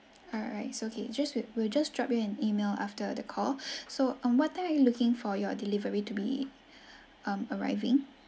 alright so okay just with we'll just drop you an email after the call so on what time are you looking for your delivery to be um arriving